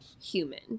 human